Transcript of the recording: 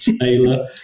Taylor